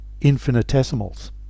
infinitesimals